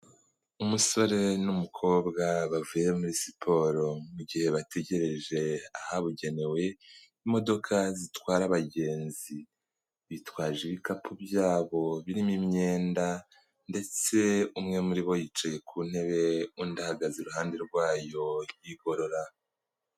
Umusore n'umukobwa bavuye muri siporo, mu gihe bategereje ahabugenewe imodoka zitwara abagenzi, bitwaje ibikapu byabo birimo imyenda ndetse umwe muri bo yicaye ku ntebe undi ahagaze iruhande rwayo yigorora.